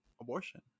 abortion